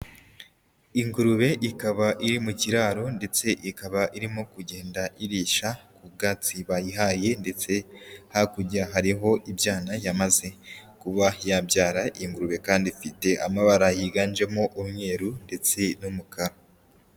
Ingurube ikaba iri mu kiraro, ndetse ikaba irimo kugenda irisha, ubwatsi bayihaye, ndetse hakurya hariho ibyana, yamaze kuba yabyara, ingurube kandi ifite amabara yiganjemo umweru, ndetse n'umukara.